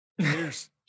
Cheers